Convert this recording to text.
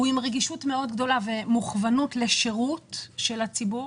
עם רגישות מאוד גדולה ומוכוונות לשירות של הציבור,